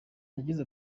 yagize